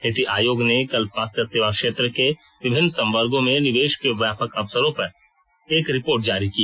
नीति आयोग ने कल स्वास्थ्य सेवा क्षेत्र के विभिन्न संवर्गो में निवेश के व्यापक अवसरों पर एक रिपोर्ट जारी की